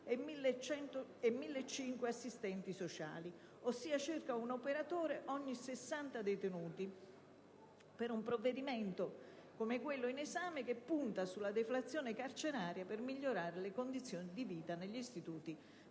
e 1.105 assistenti sociali ossia circa 1 operatore ogni sessanta detenuti per un provvedimento, come quello in esame, che punta sulla deflazione carceraria per il miglioramento delle condizioni di vita negli istituti